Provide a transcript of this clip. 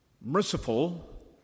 merciful